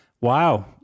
Wow